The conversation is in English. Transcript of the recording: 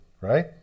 right